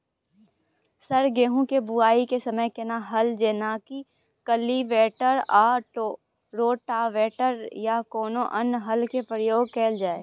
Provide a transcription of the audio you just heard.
Sir गेहूं के बुआई के समय केना हल जेनाकी कल्टिवेटर आ रोटावेटर या कोनो अन्य हल के प्रयोग कैल जाए?